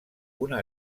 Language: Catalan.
una